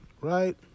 Right